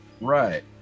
Right